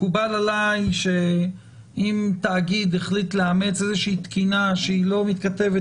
מקובל עליי שאם תאגיד החליט לאמץ איזושהי תקינה שהיא לא מתכתבת